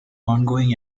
ongoing